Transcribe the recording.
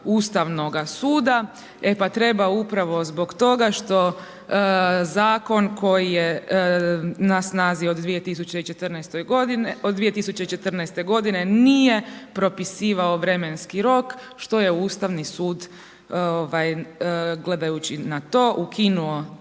Ustavnoga suda, e pa treba upravo zbog toga što zakon koji je na snazi od 2014. g. nije propisivao vremenski rok, što je Ustavni sud gledajući na to ukinuo